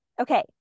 Okay